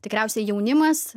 tikriausiai jaunimas